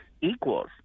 equals